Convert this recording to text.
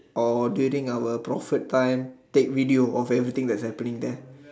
or during out prophet time take video of everything that's happening there